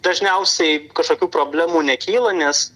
dažniausiai kažkokių problemų nekyla nes